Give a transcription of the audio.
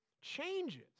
changes